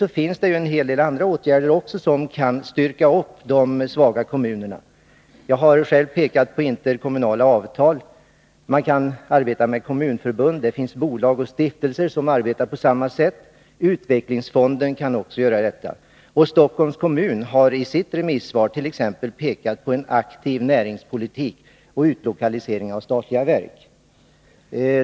Det finns också en hel del övriga åtgärder, som kan stärka de svaga kommunerna. Jag har själv pekat på interkommunala avtal. Man kan anlita kommunförbund liksom också bolag och stiftelser som arbetar på samma sätt. Även utvecklingsfonderna kan träda in. Stockholms kommun har i sitt svar pekat på vikten av en aktiv näringspolitik och på utlokalisering av statliga verk.